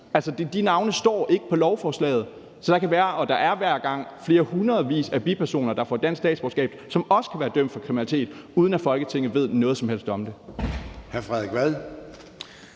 de navne står ikke på lovforslaget. Så der kan være og der er hver gang hundredvis af bipersoner, der får dansk statsborgerskab, som også kan være dømt for kriminalitet, uden at Folketinget ved noget som helst om det.